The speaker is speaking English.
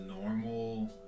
normal